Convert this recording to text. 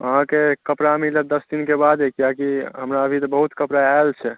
अहाँकेॅं कपड़ा मिलत दस दिन के बादे किए कि हमरा अभी तऽ बहुत कपड़ा आयल छै